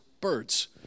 birds